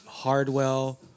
Hardwell